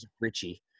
Richie